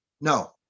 No